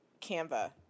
Canva